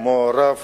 כמו הרב